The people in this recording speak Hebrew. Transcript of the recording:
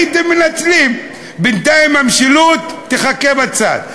הייתם מנצלים ובינתיים המשילות תחכה בצד.